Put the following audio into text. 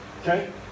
Okay